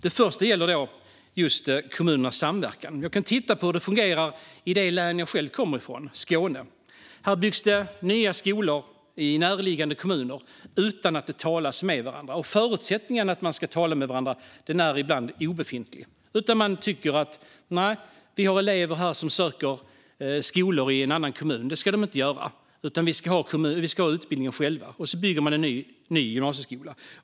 Det första gäller just kommunernas samverkan. Vi kan titta på hur det fungerar i det län jag själv kommer ifrån, Skåne. Där byggs nya skolor i närliggande kommuner utan att kommunerna talar med varandra. Förutsättningarna för att tala med varandra är ibland obefintliga. Man tänker i kommunen: Vi har elever som söker skolor i en annan kommun. Det ska de inte göra Vi ska ha utbildningen själva! Och så bygger man en ny gymnasieskola.